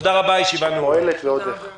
היא פועלת, ועוד איך.